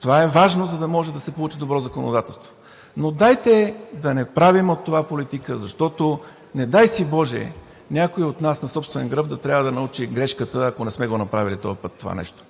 това е важно, за да може да се получи добро законодателство. Но дайте да не правим от това политика, защото не дай си боже някой от нас, на собствен гръб да трябва да научи грешката, ако не сме го направи този път това нещо.